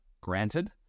Granted